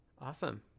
awesome